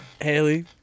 Haley